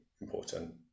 important